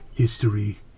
History